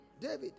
David